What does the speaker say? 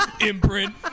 Imprint